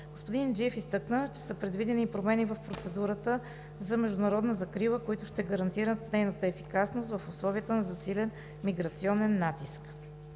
Господин Инджиев изтъкна, че са предвидени и промени в процедурата за международна закрила, които ще гарантират нейната ефикасност в условията на засилен миграционен натиск.